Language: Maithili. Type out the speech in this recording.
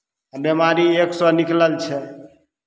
आ बिमारी एक सए निकलल छै